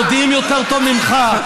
חופש, הם יודעים יותר טוב ממך.